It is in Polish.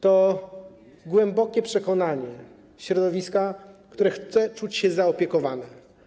To głębokie przekonanie środowiska, które chce czuć się zaopiekowane.